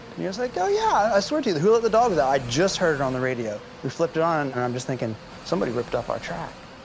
he was like, oh yeah, i ah swear to you the who let the dogs out i just heard it on the radio. we flipped it on and i'm just thinking somebody ripped off our track.